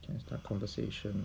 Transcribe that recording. and start conversation